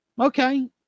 okay